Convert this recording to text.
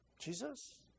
Jesus